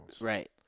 Right